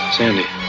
Sandy